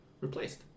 replaced